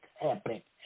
epic